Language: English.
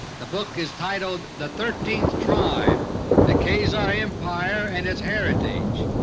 the book is titled the thirteenth tribe the khazar empire and its heritage.